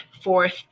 fourth